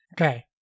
Okay